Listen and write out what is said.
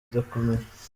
idakomeye